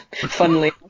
funnily